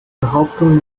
behauptung